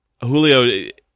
julio